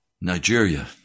Nigeria